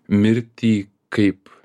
mirtį kaip